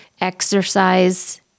exercise